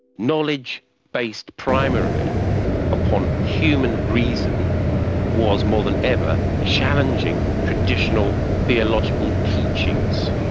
knowledge based primarily upon human reason was more than ever challenging traditional theological teachings,